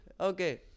Okay